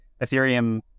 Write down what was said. Ethereum